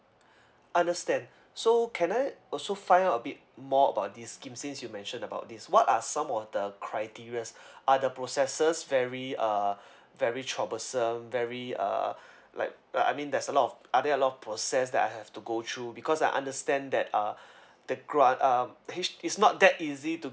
understand so can I also find out a bit more about this scheme since you mention about this what are some of the criterias are the processes very uh very troublesome very uh like I mean there's a lot of are there a lot of process that I have to go through because I understand that uh the grant um H_D~ is not that easy to